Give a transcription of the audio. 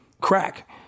crack